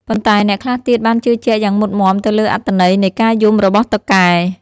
ប៉ុន្តែអ្នកខ្លះទៀតបានជឿជាក់យ៉ាងមុតមាំទៅលើអត្ថន័យនៃការយំរបស់តុកែ។